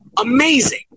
amazing